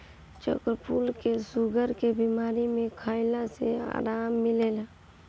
चक्रफूल के शुगर के बीमारी में खइला से आराम मिलेला